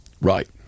Right